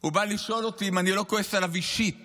הוא בא לשאול אותי אם אני לא כועס עליו אישית,